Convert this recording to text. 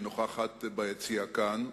שנוכחת ביציע כאן.